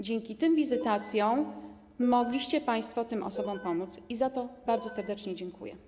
Dzięki tym wizytacjom mogliście państwo tym osobom pomóc i za to bardzo serdecznie dziękuję.